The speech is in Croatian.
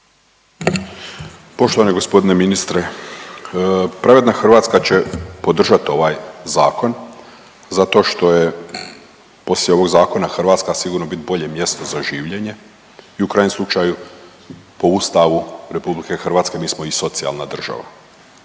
Poštovani g. ministre, Pravedna Hrvatska će podržat ovaj zakon zato što je, poslije ovog zakona Hrvatska sigurno bit bolje mjesto za življenje i u krajnjem slučaju po Ustavu RH mi smo i socijalna država,